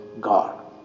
God